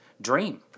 dream